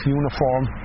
uniform